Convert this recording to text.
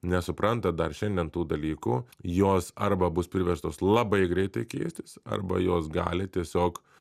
nesupranta dar šiandien tų dalykų jos arba bus priverstos labai greitai keistis arba jos gali tiesiog